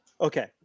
okay